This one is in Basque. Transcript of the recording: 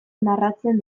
narratzen